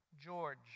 George